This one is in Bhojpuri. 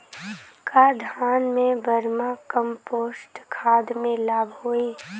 का धान में वर्मी कंपोस्ट खाद से लाभ होई?